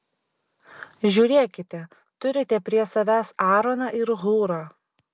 žiūrėkite turite prie savęs aaroną ir hūrą